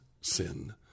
sin